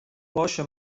باشه